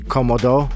Komodo